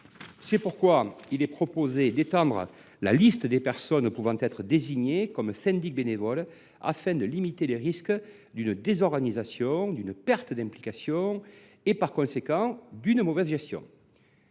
C’est pourquoi il est proposé d’étendre la liste des personnes pouvant être désignées comme syndic bénévole, afin de limiter les risques de désorganisation, de perte d’implication et par conséquent de mauvaise gestion.